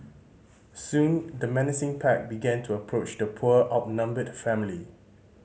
soon the menacing pack began to approach the poor outnumbered family